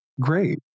great